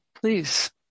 please